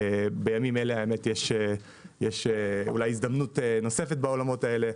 בימים אלה יש הזדמנות נוספת בעולמות האלה,